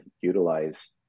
utilize